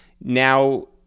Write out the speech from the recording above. now